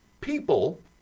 people